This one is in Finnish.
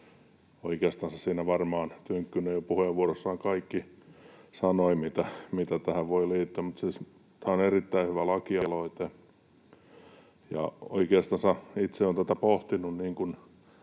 oikeastaan varmaan jo Tynkkynen puheenvuorossaan sanoi kaiken, mitä tähän voi liittyä. Siis tämä on erittäin hyvä lakialoite, ja oikeastaan itse olen tätä pohtinut